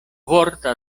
vorta